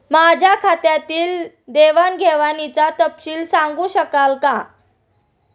माझ्या खात्यातील देवाणघेवाणीचा तपशील सांगू शकाल काय?